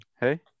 Hey